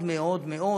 מאוד מאוד מאוד,